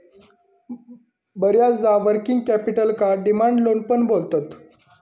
बऱ्याचदा वर्किंग कॅपिटलका demand loan पण बोलतत